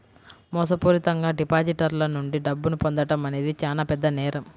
మోసపూరితంగా డిపాజిటర్ల నుండి డబ్బును పొందడం అనేది చానా పెద్ద నేరం